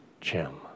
Jim